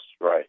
right